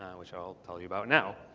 which i'll tell you about now.